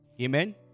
Amen